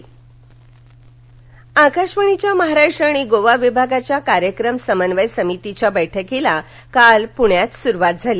समन्वय समितीच्या आकाशवाणीच्या महाराष्ट्र आणि गोवा विभागाच्या कार्यक्रम समन्वय समितीच्या बैठकीला काल पुण्यात सुरुवात झाली